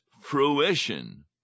fruition